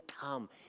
come